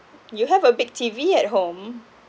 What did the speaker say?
you have a big T_V at home